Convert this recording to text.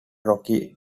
rocky